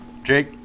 Jake